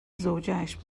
زوجهاش